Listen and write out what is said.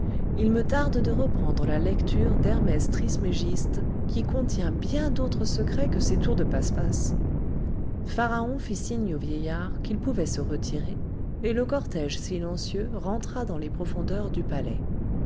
il me tarde de reprendre la lecture d'hermès trismégiste qui contient bien d'autres secrets que ces tours de passe-passe pharaon fit signe au vieillard qu'il pouvait se retirer et le cortège silencieux rentra dans les profondeurs du palais